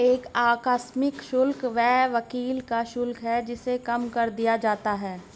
एक आकस्मिक शुल्क एक वकील का शुल्क है जिसे कम कर दिया जाता है